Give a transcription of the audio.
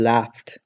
Laughed